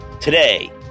Today